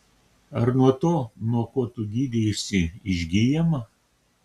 ar nuo to nuo ko tu gydeisi išgyjama